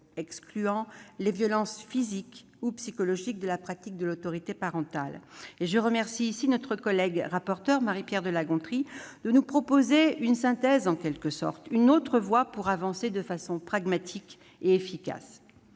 excluant « les violences physiques ou psychologiques » de la pratique de l'autorité parentale. Je remercie notre collègue rapporteure, Marie-Pierre de la Gontrie, de nous proposer une synthèse en quelque sorte, une autre voie pour avancer de façon pragmatique et efficace.